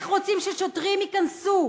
איך רוצים ששוטרים ייכנסו?